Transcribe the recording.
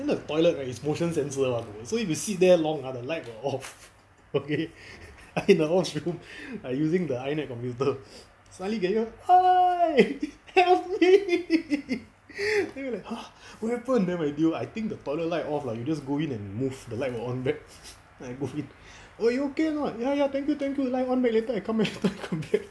then the toilet right is motion sensor [one] so if you sit there long ah the light will off okay I in the washroom I using the I net computer suddenly can hear help me then I !huh! what happened then my D_O I think the toilet light off ah you just go in and move the light will on back so I go in !oi! you okay or not ya thank you thank you light on back later I come back later